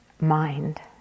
mind